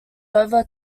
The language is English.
over